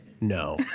No